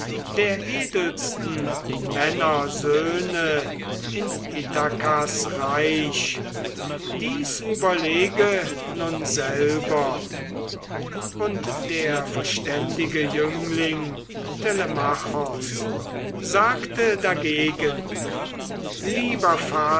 der edelsten männer söhne in ithakas reich dies überlege nun selber und der verständige jüngling telemachos sagte dagegen lieber